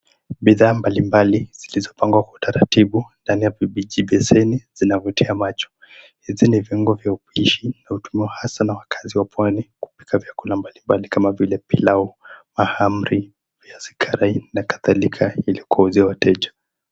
Bidhaa mbalimbali zilizopangwa kwa utaratibu ndani ya vibaji beseni zinavutia macho. Hizi ni viungo vya upishi na hutumiwa hasa na wakazi wa pwani kupika vyakula mbalimbali kama vile pilau, mahamri, viazi karai na kadhalika ili kuwavutia wateja.